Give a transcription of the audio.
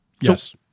Yes